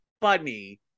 funny